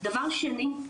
דבר שני,